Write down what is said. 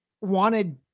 wanted